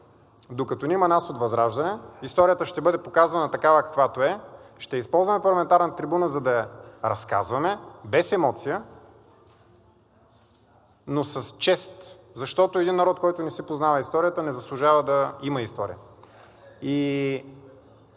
докато ни има нас от ВЪЗРАЖДАНЕ, историята ще бъде показвана такава, каквато е. Ще използваме парламентарната трибуна, за да я разказваме без емоция, но с чест, защото един народ, който не си познава историята, не заслужава да има история.